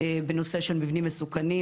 בנושא של מבנים מסוכנים.